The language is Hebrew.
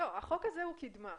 החוק הזה הוא קדמה.